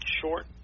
short